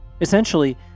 Essentially